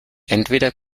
entweder